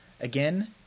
Again